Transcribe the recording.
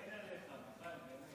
מיכאל, אין עליך.